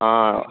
ஆ